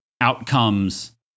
outcomes